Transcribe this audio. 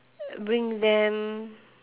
uh bring them